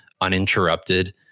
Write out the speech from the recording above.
uninterrupted